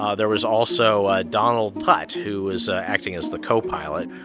ah there was also ah donald putt, who was acting as the co-pilot.